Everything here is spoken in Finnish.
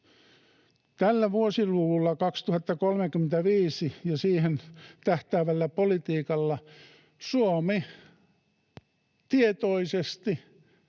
Tällä vuosiluvulla 2035 ja siihen tähtäävällä politiikalla Suomi tietoisesti